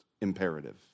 imperative